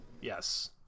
Yes